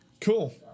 Cool